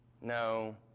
No